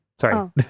Sorry